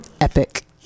epic